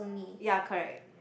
ya correct